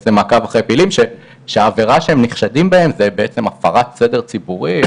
מעקב אחרי פעילים שהעבירה בה הם נחשדים זה הפרת סדר ציבורי.